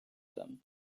them